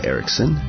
Erickson